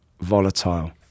volatile